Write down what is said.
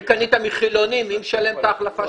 אם קנית מחילוני, מי משלם את ההחלפה?